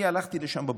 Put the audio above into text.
אני הלכתי לשם בבוקר,